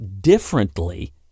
differently